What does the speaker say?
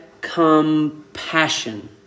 compassion